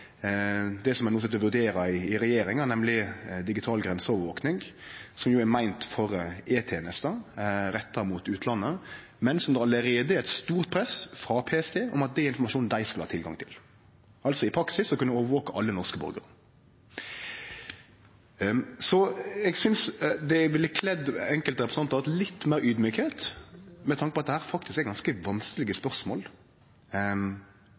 ein no sit og vurderer i regjeringa, nemleg digital grenseovervaking. Dette er meint for E-tenesta, retta mot utlandet, men det er allereie eit stort press frå PST om at dette er informasjon som dei skal ha tilgang til, altså i praksis å kunne overvake alle norske borgarar. Det ville kledd enkelte representantar å vere litt meir audmjuke med tanke på at dette faktisk er ganske vanskelege